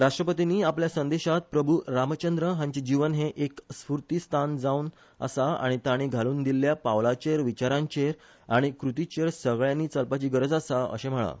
राष्ट्रपतीनी आपल्या संदेशात प्रभू रामचंद्र हांचे जिवन हे एक स्फूर्ती स्थान जावन आसा आनी तांणी घालून दिल्ल्या पावलाचेर विचारांचेर आनी कृतीचेर सगळ्यानी चलपाची गरज आसा अशे म्हळा